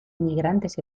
migrantes